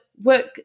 work